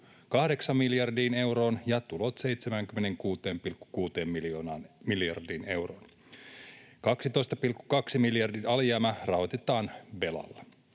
miljardiin euroon ja tulot 76,6 miljardiin euroon. 12,2 miljardin alijäämä rahoitetaan velalla.